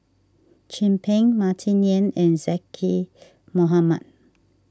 Chin Peng Martin Yan and Zaqy Mohamad